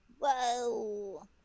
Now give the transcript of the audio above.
Whoa